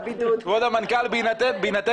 הציע ביוזמתו את הליך הפיקוח הזה,